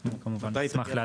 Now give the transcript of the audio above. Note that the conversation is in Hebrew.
אנחנו כמובן נשמח לעדכן.